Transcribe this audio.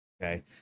Okay